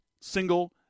single